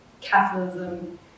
capitalism